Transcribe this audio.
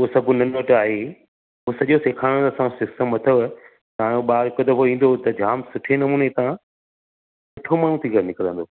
हूअ सभु हुननि वटि आहे उहो सॼो सेखारण सां सिस्टम अथव तव्हां जो ॿारु हिकु दफ़ो ईंदो त जाम सुठे नमूने हितां सुठो माण्हू थी करे निकिरंदो